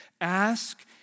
Ask